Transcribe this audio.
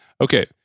Okay